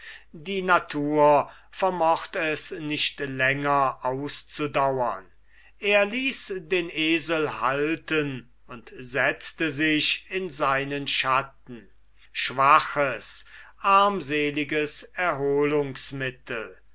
die natur vermocht es nicht länger auszudauern er ließ den esel halten und setzte sich in seinen schatten schwaches armseliges